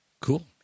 Cool